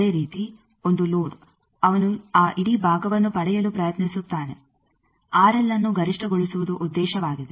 ಅದೇ ರೀತಿ ಒಂದು ಲೋಡ್ ಅವನು ಆ ಇಡೀ ಭಾಗವನ್ನು ಪಡೆಯಲು ಪ್ರಯತ್ನಿಸುತ್ತಾನೆ ಅನ್ನು ಗರಿಷ್ಟಗೊಳಿಸುವುದು ಉದ್ದೇಶವಾಗಿದೆ